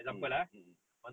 mm mmhmm